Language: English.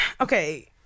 okay